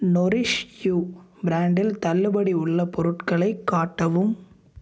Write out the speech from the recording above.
Nourish You பிராண்டில் தள்ளுபடி உள்ள பொருட்களை காட்டவும்